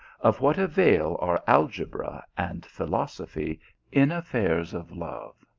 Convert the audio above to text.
of what avail are algeora and philos ophy in affairs of love!